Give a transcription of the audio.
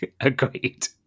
Agreed